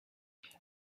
jag